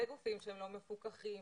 לגופים שהם לא מפוקחים,